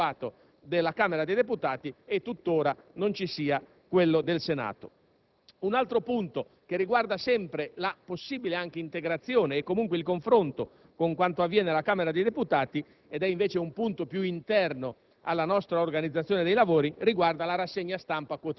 quindi non si capisce perché sul Televideo vi debba essere lo spazio adeguato della Camera dei deputati e non quello del Senato. Un altro punto che riguarda la possibile integrazione e comunque il confronto con quanto avviene alla Camera dei deputati, ma che è più interno